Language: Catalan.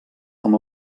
amb